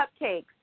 cupcakes